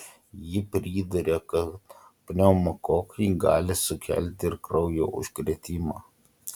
ji priduria kad pneumokokai gali sukelti ir kraujo užkrėtimą